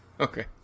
Okay